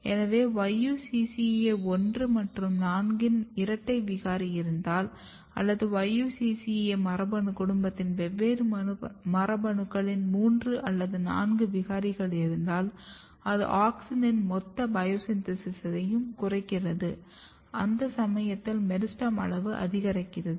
எனவே YUCCA1 மற்றும் 4 இன் இரட்டை விகாரி இருந்தால் அல்லது YUCCA மரபணு குடும்பத்தின் வெவ்வேறு மரபணுக்களின் மூன்று அல்லது நான்கு விகாரிகள் இருந்தால் அது ஆக்ஸினின் மொத்த பயோ சின்தேசிஸ்ஸயும் குறைக்கிறது அந்த சமயத்தில் மெரிஸ்டெம் அளவு அதிகரிக்கிறது